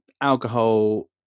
alcohol